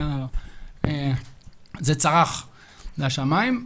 זה צרח לשמיים.